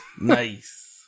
nice